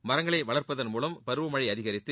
மரங்களை வளர்ப்பதன் மூவம் பருவமழை அதிகரித்து